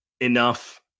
Enough